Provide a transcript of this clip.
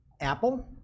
Apple